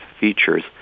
features